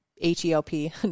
H-E-L-P